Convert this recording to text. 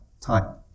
time